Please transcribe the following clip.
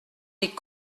des